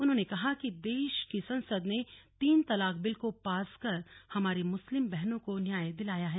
उन्होंने कहा कि देश की संसद ने तीन तलाक बिल को पास कर हमारी मुस्लिम बहनों को न्याय दिलाया गया है